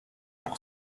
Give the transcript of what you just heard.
pour